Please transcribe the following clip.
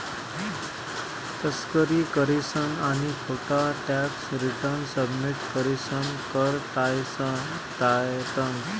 तस्करी करीसन आणि खोटा टॅक्स रिटर्न सबमिट करीसन कर टायतंस